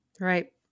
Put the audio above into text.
Right